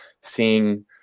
seeing